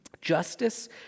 justice